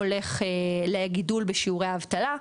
הולך לגידול בשיעורי האבטלה,